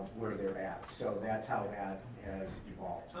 where they're at. so that's how that has evolved.